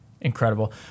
incredible